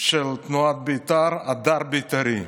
של תנועת בית"ר, הדר בית"רי.